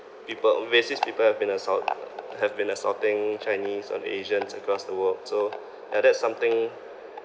people uh racist people have been assault have been assaulting chinese or asians across the world so ya that's something